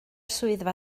swyddfa